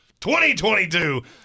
2022